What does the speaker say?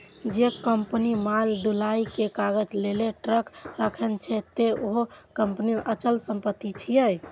जौं कंपनी माल ढुलाइ के काज लेल ट्रक राखने छै, ते उहो कंपनीक अचल संपत्ति छियै